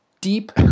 deep